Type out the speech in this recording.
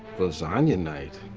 lasagna night.